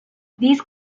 these